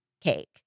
cake